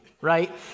right